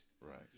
Right